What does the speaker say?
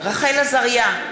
רחל עזריה,